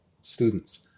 students